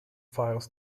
files